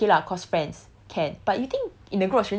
they will be more of like okay lah cause friends can